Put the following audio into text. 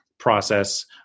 Process